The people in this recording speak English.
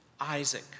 Isaac